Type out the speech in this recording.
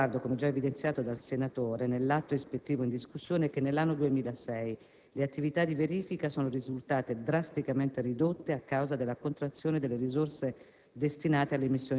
va rilevato, come già evidenziato dal senatore Iovene nell'atto ispettivo in discussione, che nell'anno 2006 le attività di verifica sono risultate drasticamente ridotte a causa della contrazione delle risorse destinate